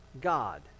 God